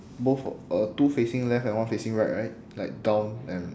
both o~ uh two facing left and one facing right right like down and